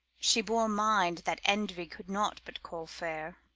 she bore mind that envy could not but call fair.